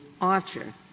Archer